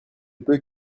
peut